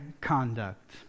conduct